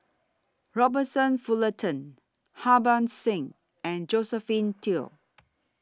Robert Fullerton Harbans Singh and Josephine Teo